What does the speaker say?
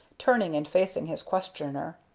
turning and facing his questioner.